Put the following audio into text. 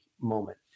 moment